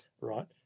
right